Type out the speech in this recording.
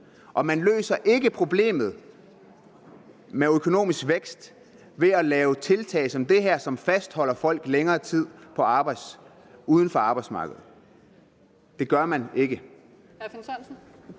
Og man løser ikke problemet med hensyn til den økonomiske vækst ved at lave tiltag som det her, som fastholder folk i længere tid uden for arbejdsmarkedet; det gør man ikke.